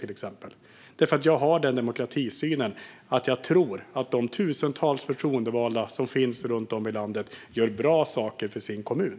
Jag har nämligen den demokratisynen att jag tror att de tusentals förtroendevalda som finns runt om i landet gör bra saker för sin kommun.